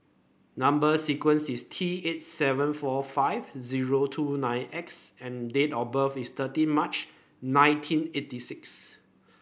number sequence is T eight seven four five zero two nine X and date of birth is thirty March nineteen eighty six